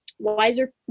wiser